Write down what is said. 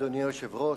אדוני היושב-ראש,